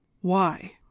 Why